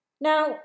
Now